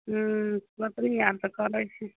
हूँ गोतनी आर तऽ करै छै